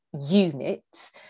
unit